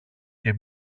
και